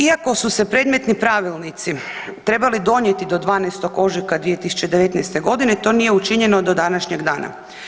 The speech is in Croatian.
Iako su se predmetni pravilnici trebali donijeti do 12. ožujka 2019. g. to nije učinjeno do današnjeg dana.